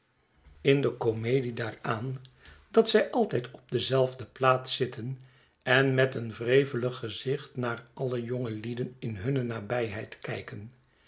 in de komedie daaraan dat zij altijdop dezelfde plaats zitten en met een wrevelig gezicht naar alle jongelieden in hunne nabijheid kijken